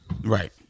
Right